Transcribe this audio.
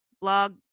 blog